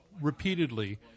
Repeatedly